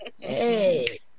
Hey